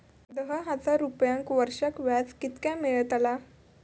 दहा हजार रुपयांक वर्षाक व्याज कितक्या मेलताला?